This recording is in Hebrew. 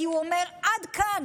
כי הוא אומר: עד כאן.